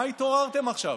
מה התעוררתם עכשיו?